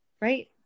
right